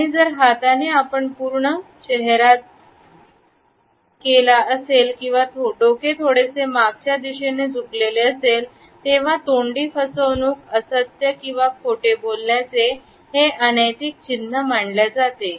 आणि जर हाताने आपण पूर्ण शहराचा केला असेल आणि डोके थोडेसे मागच्या दिशेने झुकलेले असेल तेव्हा तोंडी फसवणूक असत्य किंवा खोटे बोलण्याचे हे अनेतिकचिन्ह मानल्या जाते